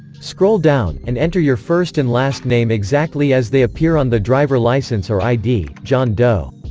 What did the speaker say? scroll down, and enter your first and last name exactly as they appear on the driver license or id john doe